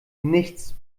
nichts